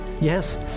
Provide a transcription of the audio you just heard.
Yes